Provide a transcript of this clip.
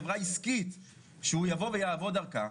חברה עסקית שהוא יבוא ויעבוד דרכה,